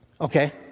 Okay